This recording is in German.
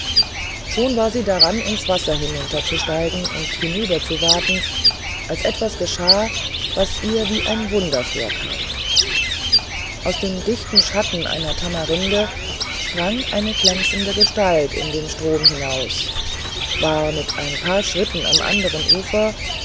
schon war sie daran ins wasser hinunter zu steigen und hinüber zu waten als etwas geschah das ihr wie ein wunder vorkam aus dem dichten schatten einer tamarinde sprang eine glänzende gestalt in den strom hinaus war mit ein paar schritten am anderen ufer